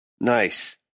Nice